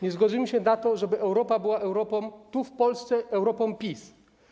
Nie zgodzimy się na to, żeby Europa była Europą tu, w Polsce, Europą PiS.